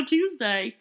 Tuesday